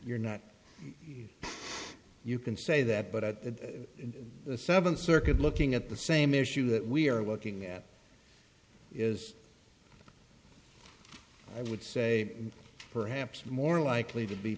you're not you can say that but that seven circuit looking at the same issue that we are looking at is i would say perhaps more likely to be